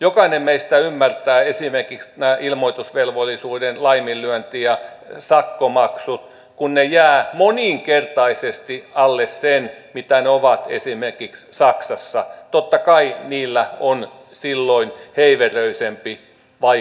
jokainen meistä ymmärtää esimerkiksi että kun nämä ilmoitusvelvollisuuden laiminlyönti ja sakkomaksut jäävät moninkertaisesti alle sen mitä ne ovat esimerkiksi saksassa totta kai niillä on silloin heiveröisempi vaikutus